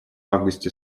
августе